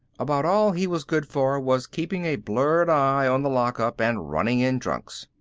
about all he was good for was keeping a blurred eye on the lockup and running in drunks.